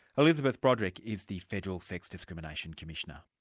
elizabeth broderick is the federal sex discrimination commissioner.